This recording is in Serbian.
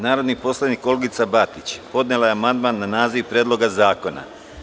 Narodni poslanik Olgica Batić podnela je amandman na naziv Predloga zakona.